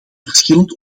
verschillend